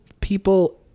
people